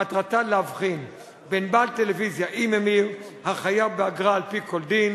מטרתה להבחין בין בעל טלוויזיה עם ממיר החייב באגרה על-פי כל דין